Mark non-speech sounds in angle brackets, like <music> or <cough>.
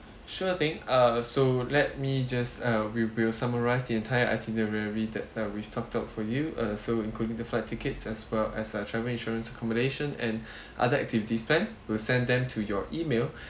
sure thing uh so let me just uh we will summarize the entire itinerary that uh we thought of for you uh so including the flight tickets as well as uh travel insurance accommodation and <breath> other activities plan we'll send them to your email